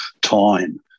Time